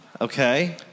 Okay